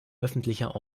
öffentlicher